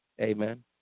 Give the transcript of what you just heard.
Amen